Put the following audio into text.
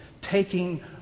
taking